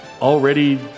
Already